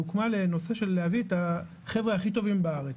היא הוקמה כדי להביא את החבר'ה הכי טובים לארץ.